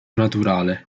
naturale